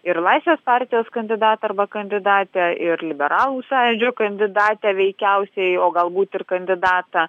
ir laisvės partijos kandidatą arba kandidatę ir liberalų sąjūdžio kandidatę veikiausiai o galbūt ir kandidatą